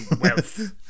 wealth